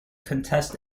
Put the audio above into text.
contest